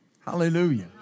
Hallelujah